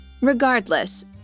Regardless